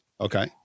Okay